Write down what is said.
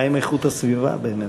מה עם איכות הסביבה, באמת.